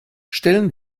stellen